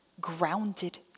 grounded